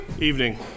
Evening